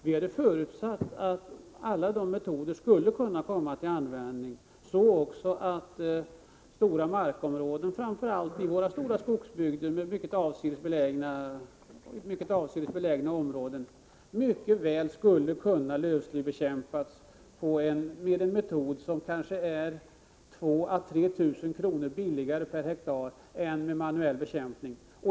Vi hade förutsatt att alla metoder skulle kunna komma till användning — också att det för stora markområden, framför allt i våra stora skogsbygder med mycket avsides belägna områden, mycket väl skulle kunna användas kemisk lövslybekämpning, en metod som är 2 000 å 3 000 kr. billigare per hektar än manuell bekämpning.